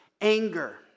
anger